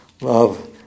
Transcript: Love